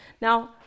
Now